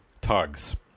Tugs